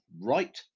right